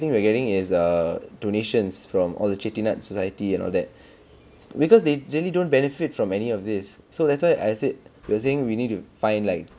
thing we're getting is err donations from all the charities not society and all that because they really don't benefit from any of this so that's why I said kersing we need to find like